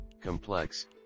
complex